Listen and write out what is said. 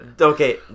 Okay